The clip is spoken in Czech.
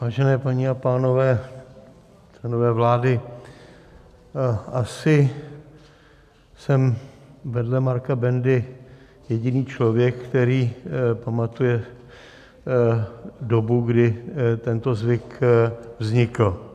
Vážené paní a pánové, členové vlády, asi jsem vedle Marka Bendy jediný člověk, který pamatuje dobu, kdy tento zvyk vznikl.